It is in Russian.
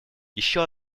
еще